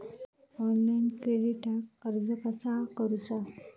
Online क्रेडिटाक अर्ज कसा करुचा?